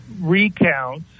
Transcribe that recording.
recounts